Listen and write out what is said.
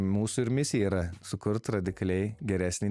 mūsų ir misija yra sukurti radikaliai geresnį